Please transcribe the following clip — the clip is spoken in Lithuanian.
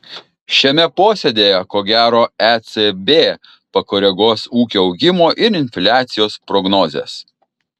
šiame posėdyje ko gero ecb pakoreguos ūkio augimo ir infliacijos prognozes